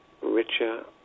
richer